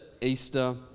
Easter